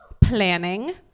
Planning